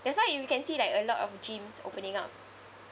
that's why you can see like a lot of gyms opening up